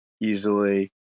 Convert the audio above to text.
easily